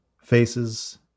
Faces